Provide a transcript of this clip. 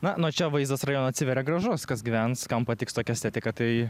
na nuo čia vaizdas rajono atsiveria gražus kas gyvens kam patiks tokia estetika tai